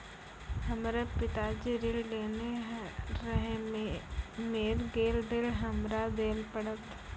हमर पिताजी ऋण लेने रहे मेर गेल ऋण हमरा देल पड़त?